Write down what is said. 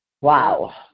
Wow